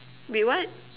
wait what